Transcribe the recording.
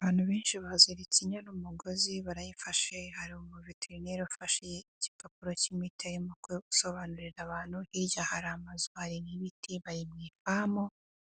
Abantu benshi baziritse inyana umugozi, barayifashe, hari umuveterineri ufashe igipapuro k'imiti arimo gusobanurira abantu, hirya hari amazu, hari n'ibiti, bari mu ifamu,